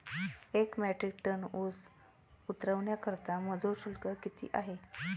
एक metric ton ऊस उतरवण्याकरता मजूर शुल्क किती आहे?